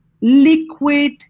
liquid